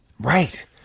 Right